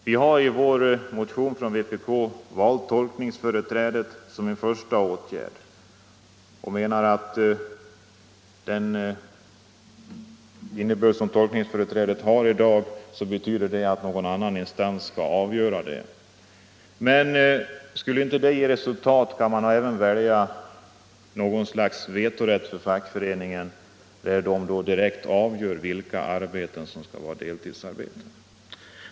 Vi har i vår motion från vpk valt tolkningsföreträde som en första åtgärd. Vi menar att tolkningsföreträde i dag har den innebörden att någon annan instans skall avgöra. Men skulle inte denna åtgärd ge resultat, kan man även välja något slags vetorätt för fackföreningen, varvid den direkt avgör vilka arbeten som skall vara deltidsarbeten.